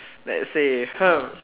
let's say